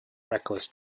reckless